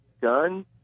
gun